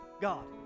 God